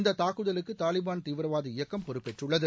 இந்த தாக்குதலுக்கு தாலிபான் தீவிரவாத இயக்கம் பொறுப்பேற்றுள்ளது